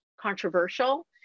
controversial